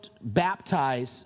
baptize